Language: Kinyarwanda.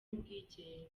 ubwigenge